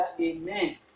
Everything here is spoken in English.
Amen